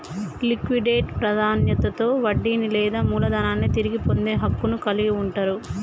liquidate ప్రాధాన్యతలో వడ్డీని లేదా మూలధనాన్ని తిరిగి పొందే హక్కును కలిగి ఉంటరు